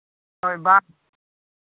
ᱦᱳᱭ ᱵᱟᱝ